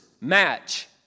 match